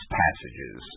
passages